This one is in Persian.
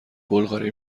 بلغاری